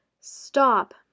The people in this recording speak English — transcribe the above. stop